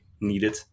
needed